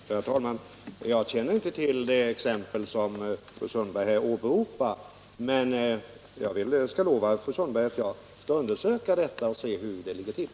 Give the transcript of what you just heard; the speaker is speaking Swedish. Herr talman! Jag känner inte till det exempel fru Sundberg åberopar, men jag lovar fru Sundberg att jag skall undersöka detta och se hur det ligger till.